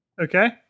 Okay